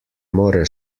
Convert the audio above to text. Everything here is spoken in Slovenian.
more